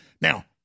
Now